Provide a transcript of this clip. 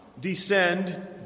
descend